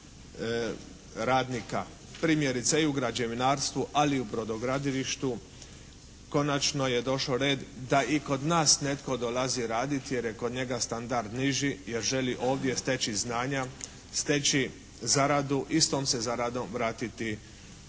Primjerice i u građevinarstvu, ali i u brodogradilištu konačno je došao red da i kod nas netko dolazi raditi jer je kod njega standard niži, jer ćeli ovdje steći znanja, steći zaradu i s tom se zaradom vratiti